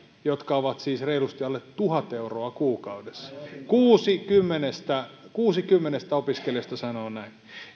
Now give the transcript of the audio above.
jotka ovat siis reilusti alle tuhat euroa kuukaudessa kuusi kymmenestä kuusi kymmenestä opiskelijasta sanoo näin